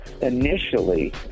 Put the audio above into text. Initially